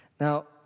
Now